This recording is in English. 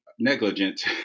negligent